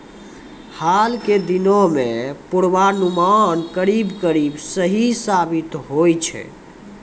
हाल के दिनों मॅ पुर्वानुमान करीब करीब सही साबित होय छै